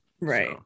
Right